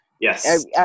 Yes